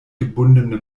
gebundene